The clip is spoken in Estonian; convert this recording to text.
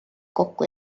kokku